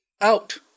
out